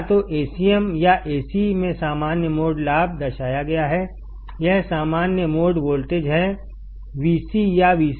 या तो Acmया Ac में सामान्य मोड लाभ दर्शाया गया हैयह सामान्य मोड वोल्टेज हैVcया Vcm